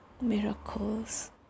Miracles